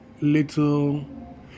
little